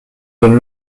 donne